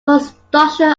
construction